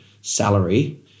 salary